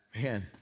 man